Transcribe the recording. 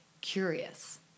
curious